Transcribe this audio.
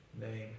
name